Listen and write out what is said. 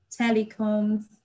telecoms